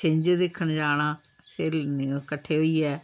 छिंज दिक्खन जाना स्हेलियें कट्ठे होइयै